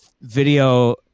video